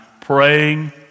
praying